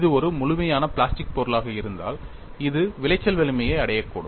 இது ஒரு முழுமையான பிளாஸ்டிக் பொருளாக இருந்தால் அது விளைச்சல் வலிமையை அடையக்கூடும்